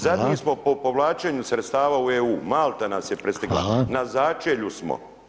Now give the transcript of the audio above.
Zadnji smo po povlačenju sredstava u EU, Malta nas je prestigla, na začelju smo.